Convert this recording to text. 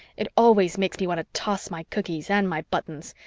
it always makes me want to toss my cookies and my buttons.